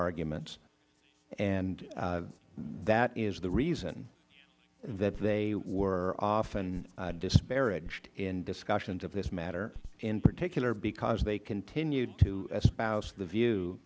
arguments and that is the reason that they were often disparaged in discussions of this matter in particular because they continued to espouse the view